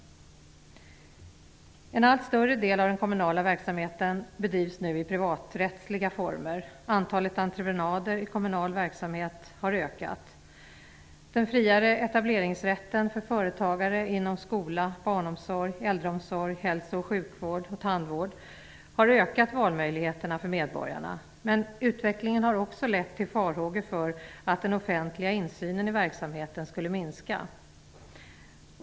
En allt större del av den kommunala verksamheten bedrivs i privaträttsliga former. Antalet entreprenader i kommunal verksamhet har ökat. Den friare etableringsrätten för företagare inom skola, barnomsorgen, äldreomsorgen, hälso och sjukvård och tandvård har ökat valmöjligheterna för medborgarna. Men utvecklingen har också lett till farhågor för att den offentliga insynen i verksamheten skall minska.